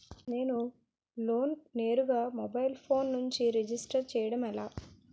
నేను లోన్ నేరుగా mobile phone నుంచి రిజిస్టర్ చేయండి ఎలా?